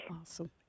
awesome